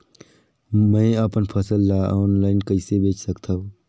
मैं अपन फसल ल ऑनलाइन कइसे बेच सकथव?